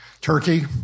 Turkey